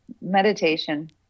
Meditation